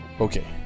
Okay